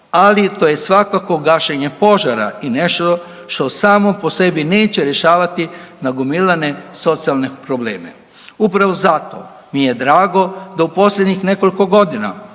ali to je svakako gašenje požara i nešto što samo po sebi neće rješavati nagomilane socijalne probleme. Upravo zato mi je drago da u posljednjih nekoliko godina